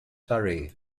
surrey